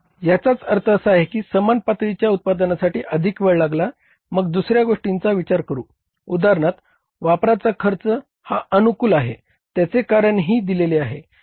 याचाच अर्थ असा आहे की समान पातळीच्या उत्पादनासाठी अधिक वेळ लागला मग दुसऱ्या गोष्टींचा विचार करू उदाहरणार्थ वापराचा खर्च आहे त्याचे कारण ही दिले आहे